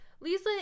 Lisa